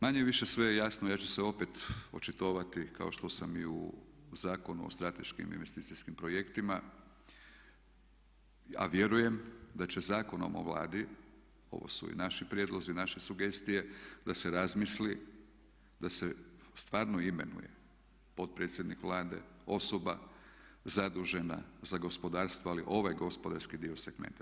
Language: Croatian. Manje-više sve je jasno, ja ću se opet očitovati kao što sam i u Zakonu o strateškim investicijskim projektima, a vjerujem da će Zakonom o Vladi ovo su i naši prijedlozi, naše sugestije da se razmisli, da se stvarno imenuje potpredsjednik Vlade, osoba zadužena za gospodarstvo ali ovaj gospodarski dio segmenta.